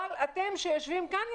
אבל אתם שיושבים כאן,